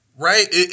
Right